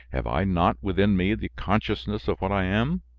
have i not within me the consciousness of what i am?